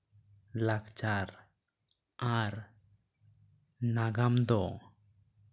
ᱞᱟᱠᱪᱟᱨ ᱟᱨ ᱱᱟᱜᱟᱢ ᱫᱚ